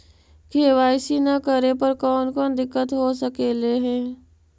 KYC न करे पर कौन कौन दिक्कत हो सकले हे?